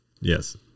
Yes